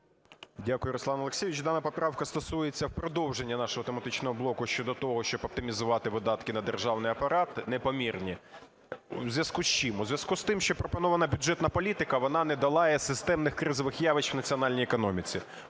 Дякую, Руслан Олексійович. Дана поправка стосується, в продовження нашого тематичного блоку, щодо того, щоб оптимізувати видатки на державний апарат непомірні. В зв'язку з чим? В зв'язку з тим, що пропонована бюджетна політика, вона не долає системних кризових явищ в національній економіці.